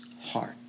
heart